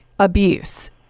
abuse